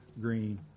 green